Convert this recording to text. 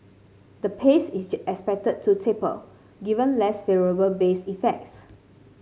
the pace is expected to taper given less favourable base effects